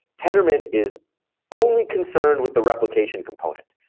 tendermint is only concerned with the replication component.